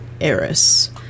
Eris